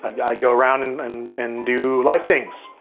i go around and um and do life things,